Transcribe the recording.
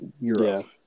Europe